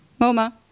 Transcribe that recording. MoMA